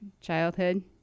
childhood